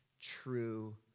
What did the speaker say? true